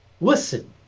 Listen